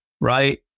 right